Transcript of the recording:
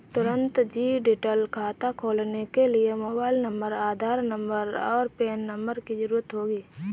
तुंरत डिजिटल खाता खोलने के लिए मोबाइल नंबर, आधार नंबर, और पेन नंबर की ज़रूरत होगी